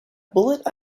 bullet